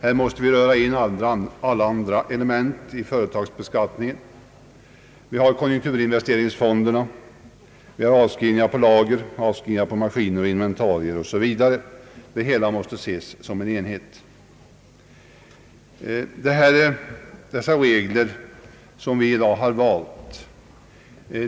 Här måste vi föra in alla andra element i företagsbeskattningen, såsom konjunkturinvesteringsfonderna, avskrivningar på lager, maskiner och inventarier m.m. Det hela måste ses som en enhet.